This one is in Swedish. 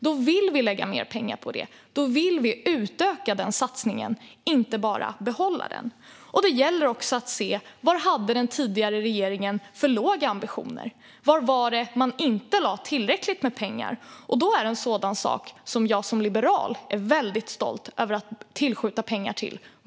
Då vill vi lägga mer pengar på Industriklivet; vi vill utöka denna satsning och inte bara behålla den. Det gäller också att se var den tidigare regeringen hade alltför låga ambitioner. Var någonstans var det man inte lade tillräckligt med pengar? Då är våtmarkerna en sak som jag som liberal är väldigt stolt över att tillskjuta pengar till.